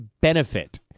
benefit